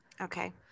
Okay